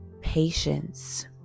Patience